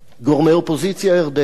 גורמי אופוזיציה ירדניים,